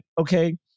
okay